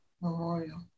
memorial